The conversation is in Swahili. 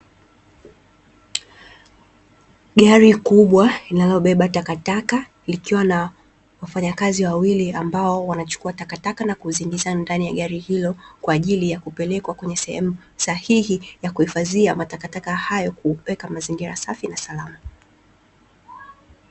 Gari kubwa linalobeba takataka likiwa na wafanyakazi wawili ambao wanachukua takataka na kuziingiza ndani ya gari hilo, kwaajili ya kupelekwa kwenye sehemu sahihi ya kuhifadhia matakataka hayo kuweka mazingira safi na salama.